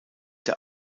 der